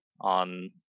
on